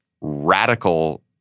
radical